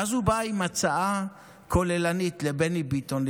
ואז הוא בא עם הצעה כוללנית לבני ביטון,